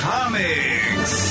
Comics